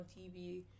TV